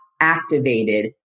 activated